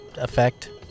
effect